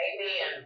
Amen